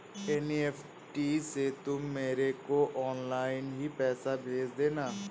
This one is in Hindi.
एन.ई.एफ.टी से तुम मेरे को ऑनलाइन ही पैसे भेज देना